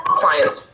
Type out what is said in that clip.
clients